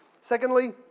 Secondly